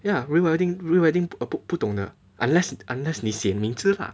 ya real wedding real wedding 不懂的 unless unless 你写名字啦